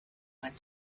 went